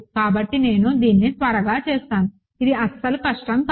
కాబట్టి నేను దీన్ని త్వరగా చేస్తాను ఇది అస్సలు కష్టం కాదు